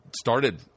started